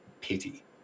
pity